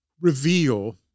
reveal